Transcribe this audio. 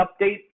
update